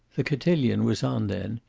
the cotillion was on then,